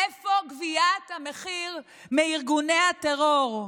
איפה גביית המחיר מארגוני הטרור?